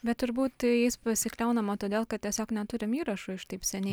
bet turbūt jais pasikliaunama todėl kad tiesiog neturim įrašų iš taip seniai